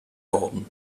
worden